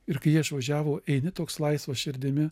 ir kai jie išvažiavo eini toks laisva širdimi